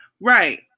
Right